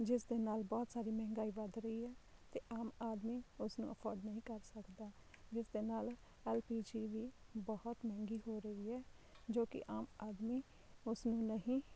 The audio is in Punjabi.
ਜਿਸ ਦੇ ਨਾਲ਼ ਬਹੁਤ ਸਾਰੀ ਮਹਿੰਗਾਈ ਵੱਧ ਰਹੀ ਹੈ ਅਤੇ ਆਮ ਆਦਮੀ ਉਸਨੂੰ ਅਫੋਰਡ ਨਹੀਂ ਕਰ ਸਕਦਾ ਜਿਸ ਦੇ ਨਾਲ਼ ਐੱਲਪੀਜੀ ਵੀ ਬਹੁਤ ਮਹਿੰਗੀ ਹੋ ਰਹੀ ਹੈ ਜੋ ਕਿ ਆਮ ਆਦਮੀ ਉਸਨੂੰ ਨਹੀਂ